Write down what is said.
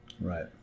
Right